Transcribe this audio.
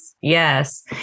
Yes